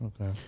okay